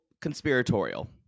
conspiratorial